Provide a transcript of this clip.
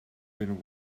been